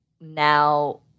now